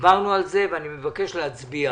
דיברנו על זה ואני מבקש להצביע.